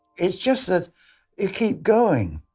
it's just that you keep going.